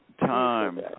time